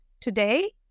today